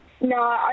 No